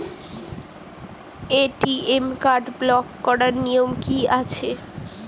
ATM card block করার নিয়ম কি আছে?